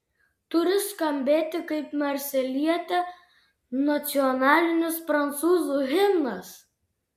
turi skambėti kaip marselietė nacionalinis prancūzų himnas